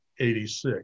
86